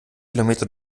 kilometer